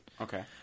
Okay